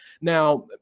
Now